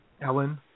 Ellen